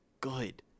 good